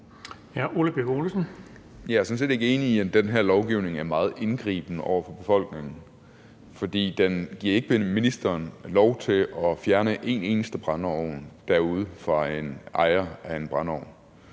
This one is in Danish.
Jeg er sådan set ikke enig i, at den her lovgivning er meget indgribende over for befolkningen, for den giver ikke ministeren lov til at fjerne en eneste brændeovn derude fra en ejer. Den giver